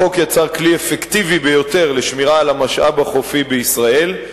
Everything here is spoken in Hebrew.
החוק יצר כלי אפקטיבי ביותר לשמירה על המשאב החופי בישראל.